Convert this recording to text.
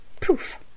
poof